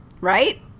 Right